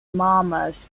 mammoth